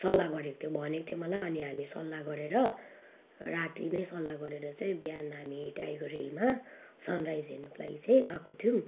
सल्लाह गरेको थियो भनेको थियो मलाई अनि हामी सल्लाह गरेर राति नै सल्लाह गरेर चाहिँ बिहान हामी टाइगर हिलमा सन राइज हेर्नुको लागि चाहिँ गएको थियौँ